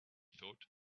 thought